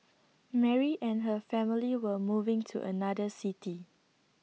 Mary and her family were moving to another city